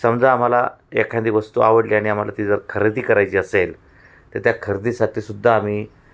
समजा आम्हाला एखादी वस्तू आवडली आणि आम्हाला ती जर खरेदी करायची असेल तर त्या खरेदीसाठीसुद्धा आम्ही